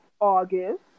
August